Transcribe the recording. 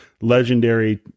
legendary